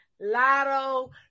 Lotto